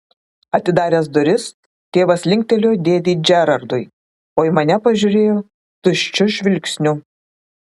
atidaręs duris tėvas linktelėjo dėdei džerardui o į mane pažiūrėjo tuščiu žvilgsniu